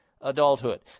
adulthood